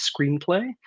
screenplay